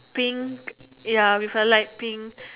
pink ya with a light pink